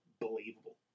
believable